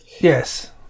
Yes